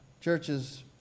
Churches